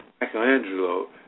Michelangelo